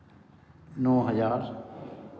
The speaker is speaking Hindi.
नौ हज़ार